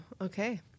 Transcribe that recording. okay